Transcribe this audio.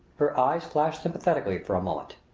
her eyes flashed sympathetically for a moment.